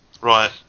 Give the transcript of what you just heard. Right